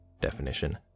Definition